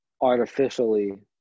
artificially